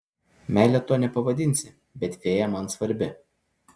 meile to nepavadinsi bet fėja man svarbi